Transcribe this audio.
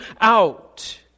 out